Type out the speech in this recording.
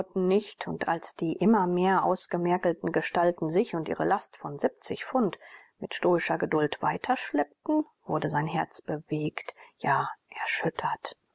nicht und als die immer mehr ausgemergelten gestalten sich und ihre last von pfund mit stoischer geduld weiter schleppten wurde sein herz bewegt ja erschüttert